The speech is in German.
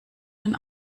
den